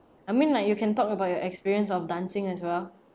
I mean like you can talk about your experience of dancing as well